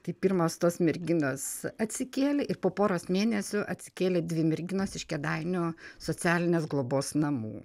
tai pirmas tos merginos atsikėlė ir po poros mėnesių atsikėlė dvi merginos iš kėdainių socialinės globos namų